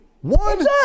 One